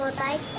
ah thank